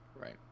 Right